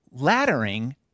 Laddering